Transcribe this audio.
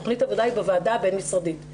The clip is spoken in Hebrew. תכנית העבודה היא בוועדה הבין משרדית.